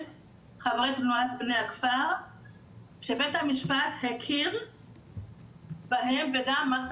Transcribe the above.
הם חברי תנועת בני הכפר שבית המשפט הכיר בהם וגם מערכת